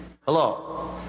Hello